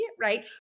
right